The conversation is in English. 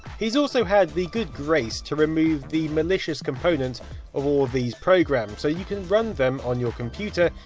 he's also had the good grace to remove the malicious component of all these programs. so, you can run them on your computer,